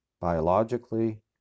biologically